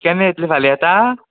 केन्ना येतलें फाल्यां येता